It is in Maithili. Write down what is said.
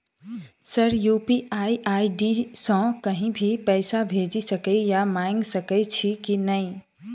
सर यु.पी.आई आई.डी सँ कहि भी पैसा भेजि सकै या मंगा सकै छी की न ई?